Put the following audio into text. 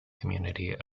community